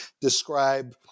describe